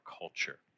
culture